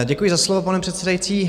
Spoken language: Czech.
Děkuji za slovo, pane předsedající.